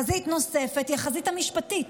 חזית נוספת היא החזית המשפטית.